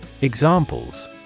Examples